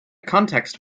context